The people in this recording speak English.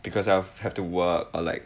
because I'll have to work or like